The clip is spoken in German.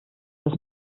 das